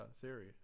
theory